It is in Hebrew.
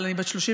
אבל אני בת 32,